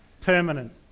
Permanent